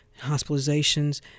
hospitalizations